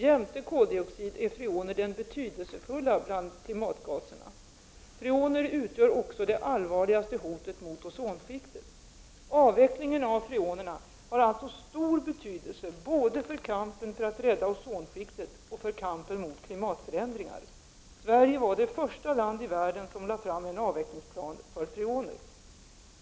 Jämte koldioxid är freoner den betydelsefullaste bland klimatgaserna. Freoner utgör också det allvarligaste hotet mot ozonskiktet. Avvecklingen av freonerna har alltså stor betydelse både för kampen för att rädda ozonskiktet och för kampen mot klimatförändringar. Sverige var det första land i världen som lade fram en avvecklingsplan för freoner.